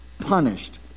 punished